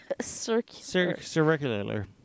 Circular